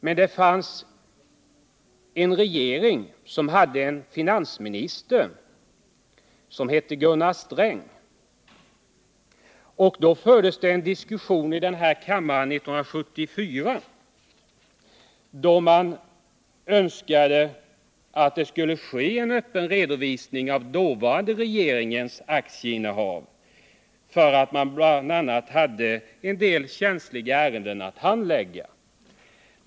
Men det fanns en gång en regering med en finansminister som hette Gunnar Sträng. Det fördes en diskussion här i kammaren 1974, då det framfördes önskemål om att det skulle göras en öppen redovisning av den dåvarande regeringens aktieinnehav, eftersom den bl.a. hade en del känsliga industriärenden att handlägga.